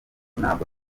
ntabwo